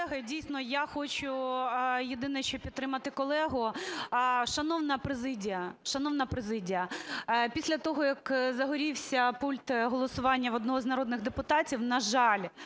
дійсно, я хочу, єдине що, підтримати колегу. Шановна президія… Шановна президія, після того, як загорівся пульт голосування в одного з народних депутатів, на жаль,